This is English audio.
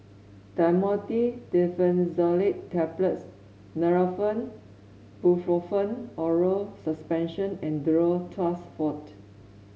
Dhamotil Diphenoxylate Tablets Nurofen Ibuprofen Oral Suspension and Duro Tuss Forte